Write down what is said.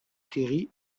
terry